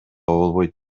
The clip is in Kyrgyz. болбойт